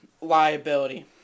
liability